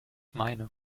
meine